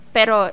Pero